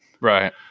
Right